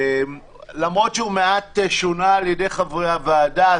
למרות שהוא מעט שונה על ידי חברי הוועדה,